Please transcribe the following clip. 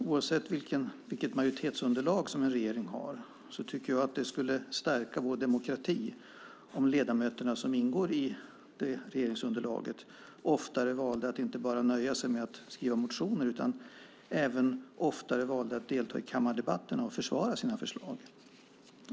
Oavsett vilket majoritetsunderlag en regering har tycker jag att det skulle stärka vår demokrati om ledamöterna som ingår i regeringsunderlaget oftare valde att inte bara nöja sig med att skriva motioner utan deltog i kammardebatten och försvarade sina förslag.